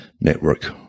network